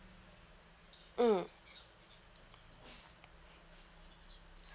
mm